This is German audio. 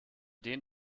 den